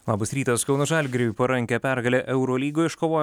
labas rytas kauno žalgiriui parankią pergalę eurolygoje iškovojo